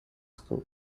school